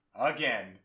Again